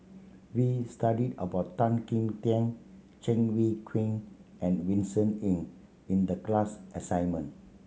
we studied about Tan Kim Tian Cheng Wai Keung and Vincent Ng in the class assignment